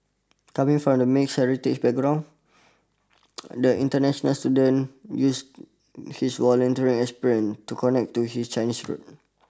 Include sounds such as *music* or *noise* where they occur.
coming from a mixed heritage background *noise* the international student uses his volunteering experience to connect to his Chinese roots